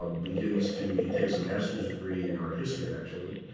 ah begins to, he takes a master's degree in art history actually.